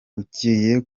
ugiye